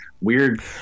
weird